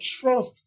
trust